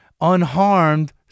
unharmed